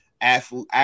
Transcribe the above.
athlete